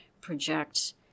project